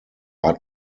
hat